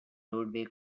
roadway